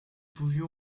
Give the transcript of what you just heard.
pouvions